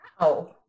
Wow